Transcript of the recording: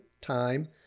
time